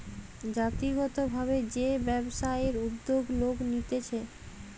জাতিগত ভাবে যে ব্যবসায়ের উদ্যোগ লোক নিতেছে